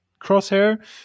crosshair